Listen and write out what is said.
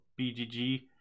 BGG